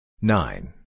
Nine